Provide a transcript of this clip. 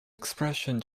expression